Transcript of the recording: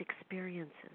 experiences